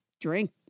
drink